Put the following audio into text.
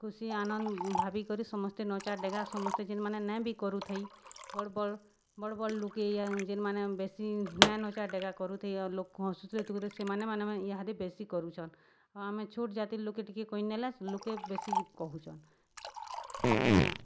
ଖୁସି ଆନନ୍ଦ୍ ଭାବି କରି ସମସ୍ତେ ନଚା ଡେଗା ସମସ୍ତେ ଯେନ୍ ମାନେ ନେ ବି କରୁଥାଇ ବଡ଼୍ ବଡ଼୍ ବଡ଼୍ ବଡ଼୍ ଲୋକେ ଯେନ୍ ମାନେ ବେଶୀ ନେ ନଚା ଡେଗା କରୁଥାଇ ଆଉ ଲୋକ୍କୁ ହସ୍ତୁତରେ ସେମାନେ ମାନେ ଇହାଦେ ବେଶୀ କରୁଚନ୍ ଆଉ ଆମେ ଛୋଟ୍ ଜାତିର୍ ଲୋକେ ଟିକେ କହି ନେଲେ ଲୋକେ ବେଶୀ କହୁଚନ୍ ହେଲେ